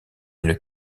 une